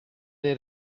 dei